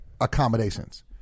accommodations